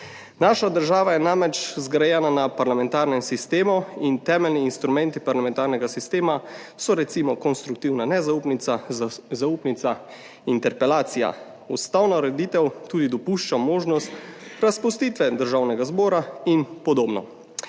Naša država je namreč zgrajena na parlamentarnem sistemu in temeljni instrumenti parlamentarnega sistema so recimo konstruktivna nezaupnica, zaupnica, interpelacija. Ustavna ureditev tudi dopušča možnost razpustitve Državnega zbora in podobno.